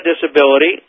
disability